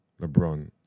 lebron